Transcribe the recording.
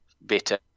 better